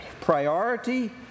priority